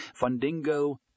Fundingo